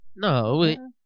No